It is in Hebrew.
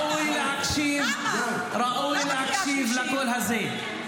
ראוי להקשיב לקול הזה.